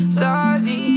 sorry